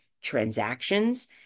transactions